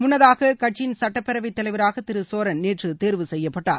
முன்னதாக கட்சியின் சட்டப்பேரவை தலைவராக திரு சோரன் நேற்று தேர்வு செய்யப்பட்டார்